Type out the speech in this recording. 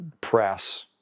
press